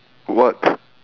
what